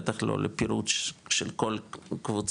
בטח לא לפירוט של כל קבוצה,